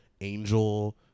angel